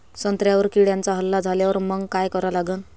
संत्र्यावर किड्यांचा हल्ला झाल्यावर मंग काय करा लागन?